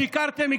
שיקרתם,